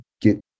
get